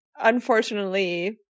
unfortunately